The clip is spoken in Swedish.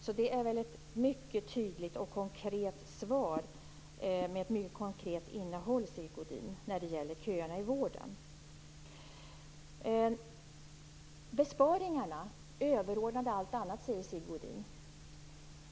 Det är väl ett mycket tydligt och konkret svar med ett mycket konkret innehåll, Sigge Godin, när det gäller köerna i vården? Sigge Godin säger att besparingarna är överordnade allt annat.